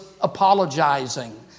apologizing